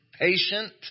patient